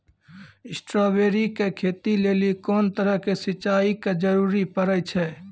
Strawberry के खेती लेली कोंन तरह के सिंचाई के जरूरी पड़े छै?